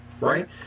right